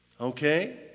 Okay